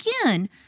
again